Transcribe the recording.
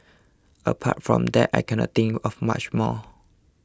apart from that I cannot think of much more